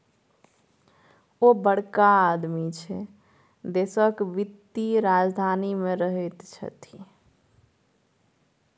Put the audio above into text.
ओ बड़का आदमी छै देशक वित्तीय राजधानी मे रहैत छथि